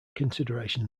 consideration